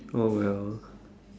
oh well